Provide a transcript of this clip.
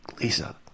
Lisa